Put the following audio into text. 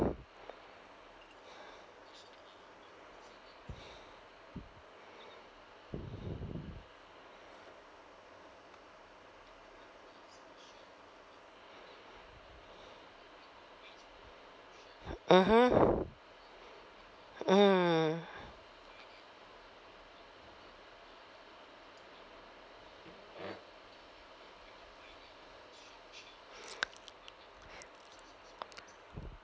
mmhmm mm